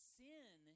sin